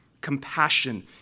compassion